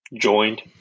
joined